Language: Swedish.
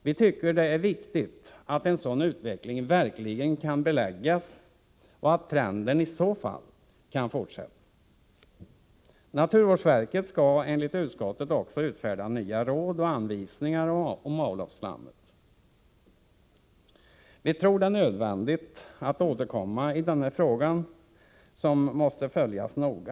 Vi tycker det är viktigt att en sådan utveckling verkligen kan beläggas och att trenden i så fall kan fortsätta. Naturvårdsverket skall enligt utskottet också utfärda nya råd och anvisningar om avloppsslammet. Vi tror att det blir nödvändigt att återkomma i denna fråga, som måste följas noga.